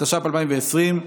התש"ף 2020,